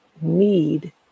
need